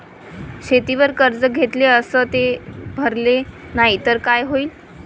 शेतीवर कर्ज घेतले अस ते भरले नाही तर काय होईन?